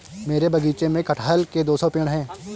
मेरे बगीचे में कठहल के दो सौ पेड़ है